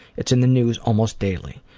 it's in the news almost daily.